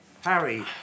Harry